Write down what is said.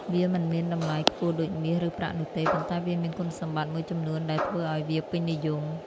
វាមិនមានតម្លៃខ្ពស់ដូចមាស ឬប្រាក់នោះទេ ប៉ុន្តែវាមានគុណសម្បត្តិមួយចំនួនដែលធ្វើឲ្យវាពេញនិយម។